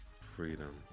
Freedom